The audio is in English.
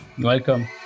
welcome